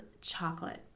chocolate